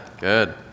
good